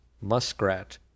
muskrat